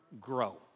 grow